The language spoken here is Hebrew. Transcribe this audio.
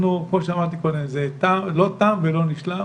כמו שאמרתי קודם, זה לא תם ולא נשלם.